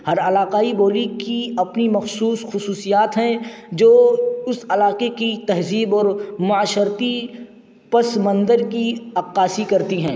ہر علاقائی بولی کی اپنی مخصوص خصوصیات ہیں جو اس علاقے کی تہذیب اور معاشرتی پس منظر کی عکاسی کرتی ہیں